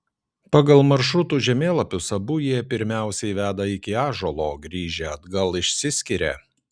pagal maršrutų žemėlapius abu jie pirmiausiai veda iki ąžuolo o grįžę atgal išsiskiria